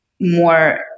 more